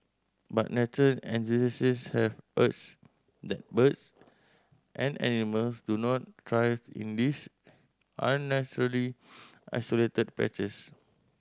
but nature have argued that birds and animals do not thrive in these unnaturally isolated patches